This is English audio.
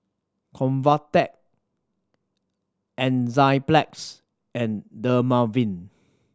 Convatec Enzyplex and Dermaveen